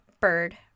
bird